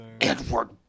edward